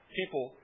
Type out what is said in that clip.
people